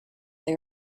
they